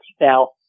Now